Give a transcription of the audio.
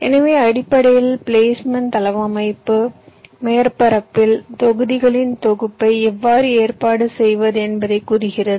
எனவே அடிப்படையில் பிளேஸ்மென்ட் தளவமைப்பு மேற்பரப்பில் தொகுதிகளின் தொகுப்பை எவ்வாறு ஏற்பாடு செய்வது என்பதை கூறுகிறது